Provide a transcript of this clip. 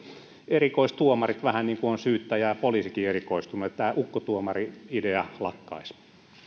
erikoistuomarit vähän niin kuin ovat syyttäjä ja poliisikin erikoistuneet niin että tämä ukkotuomari idea lakkaisi